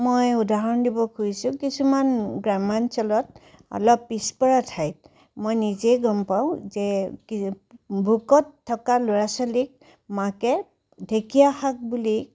মই উদাহৰণ দিব খুজিছোঁ কিছুমান গ্ৰাম্যাঞ্চলত অলপ পিছপৰা ঠাইত মই নিজেই গম পাওঁ যে কি বোকত থকা ল'ৰা ছোৱালীক মাকে ঢেকীয়া শাক বুলি